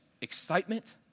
excitement